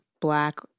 black